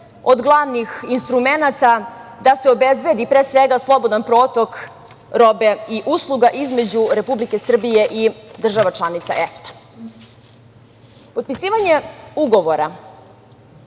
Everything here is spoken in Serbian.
od glavnih instrumenata da se obezbedi pre svega slobodan protok robe i usluga između Republike Srbije i država članica EFTA.Potpisivanje ugovora